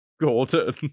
Gordon